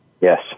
Yes